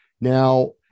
Now